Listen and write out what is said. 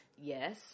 Yes